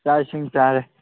ꯆꯥꯛ ꯏꯁꯤꯡ ꯆꯥꯔꯦ